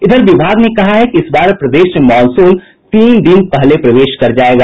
इधर विभाग ने कहा है कि इस बार प्रदेश में मॉनसून तीन दिन पहले प्रवेश कर जायेगा